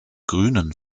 grünen